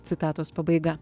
citatos pabaiga